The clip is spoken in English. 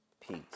peace